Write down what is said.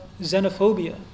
xenophobia